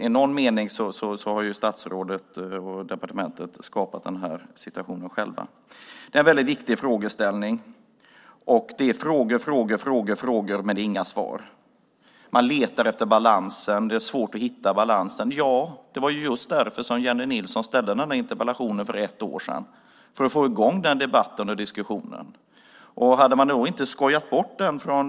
I någon mening har statsrådet och departementet alltså skapat den här situationen själva. Det är en väldigt viktig frågeställning. Det är frågor, frågor, frågor - men det är inga svar. Man letar efter balansen. Det är svårt att hitta balansen. Ja - det var just för att få i gång den debatten och diskussionen som Jennie Nilsson ställde interpellationen för ett år sedan.